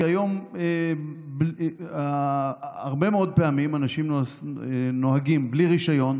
כי היום הרבה מאוד פעמים אנשים נוהגים בלי רישיון,